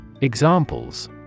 Examples